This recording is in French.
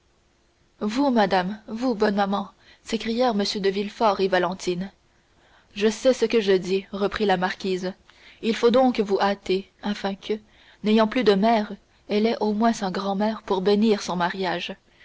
vous madame vous bonne maman s'écrièrent m de villefort et valentine je sais ce que je dis reprit la marquise il faut donc vous hâter afin que n'ayant plus de mère elle ait au moins sa grand-mère pour bénir son mariage